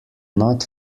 not